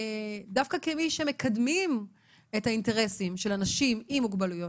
דווקא כמי שמקדמים את האינטרסים של אנשים עם מוגבלויות